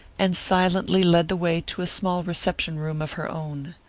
and silently led the way to a small reception-room of her own.